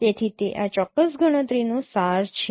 તેથી તે આ ચોક્કસ ગણતરીનો સાર છે